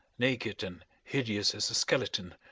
naked and hideous as a skeleton,